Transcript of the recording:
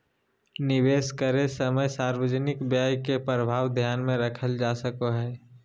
निवेश करे समय सार्वजनिक व्यय के प्रभाव ध्यान में रखल जा सको हइ